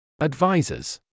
Advisors